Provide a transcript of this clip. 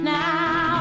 now